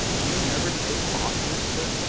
do you never take off yours, sir?